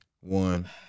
one